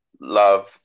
love